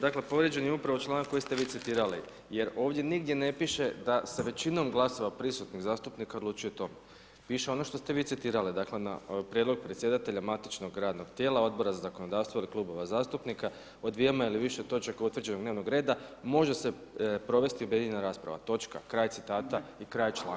Dakle povrijeđen je upravo članak koji ste vi citirali jer ovdje nigdje ne piše da se većinom glasova prisutnih zastupnika odlučuje to, piše ono što ste vi citirali, dakle, na prijedlog predsjedatelja matičnog radnog tijela, Odbora za zakonodavstvo ili klubova zastupnika od dvijema ili više točaka utvrđenog dnevnog reda može se provesti objedinjena rasprava, točka, kraj citata i kraj članka.